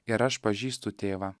ir aš pažįstu tėvą